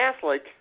Catholic